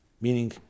meaning